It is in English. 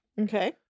Okay